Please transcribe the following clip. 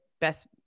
best